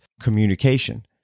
Communication